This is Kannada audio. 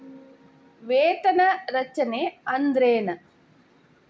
ವೇತನ ರಚನೆ ಅಂದ್ರೆನ?